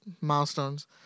milestones